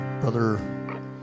Brother